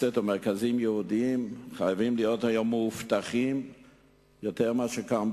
בתי-כנסת ומרכזים יהודיים חייבים להיות היום מאובטחים יותר מאשר כאן,